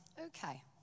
okay